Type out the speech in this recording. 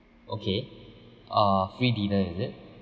okay uh free dinner is it